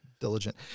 diligent